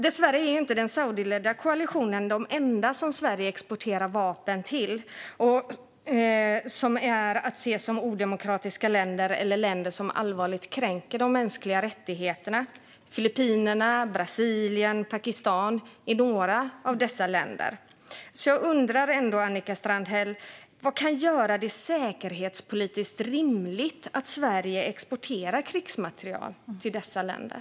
Dessvärre är länderna i den saudiledda koalitionen inte de enda länder Sverige exporterar vapen till som är att se som odemokratiska länder eller länder som allvarligt kränker de mänskliga rättigheterna. Filippinerna, Brasilien och Pakistan är några av dessa länder. Jag undrar därför, Annika Strandhäll, vad som kan göra det säkerhetspolitiskt rimligt att Sverige exporterar krigsmateriel till dessa länder.